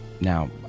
Now